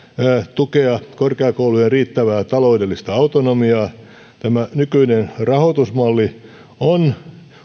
tukea korkeakoulujen riittävää taloudellista autonomiaa tämä nykyinen rahoitusmalli on